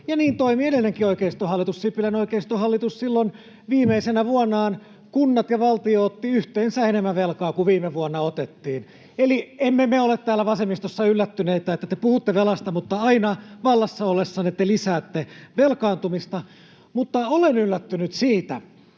Ja niin toimi edellinenkin oikeistohallitus, Sipilän oikeistohallitus. Silloin viimeisenä vuonnaan kunnat ja valtio ottivat yhteensä enemmän velkaa kuin viime vuonna otettiin. Eli emme me ole täällä vasemmistossa yllättyneitä, että te puhutte velasta, mutta aina vallassa ollessanne te lisäätte velkaantumista. Mutta olen yllättynyt siitä,